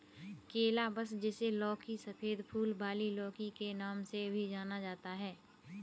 calabash, जिसे लौकी, सफेद फूल वाली लौकी के नाम से भी जाना जाता है